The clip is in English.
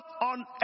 on